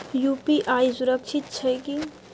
UPI सुरक्षित छै की?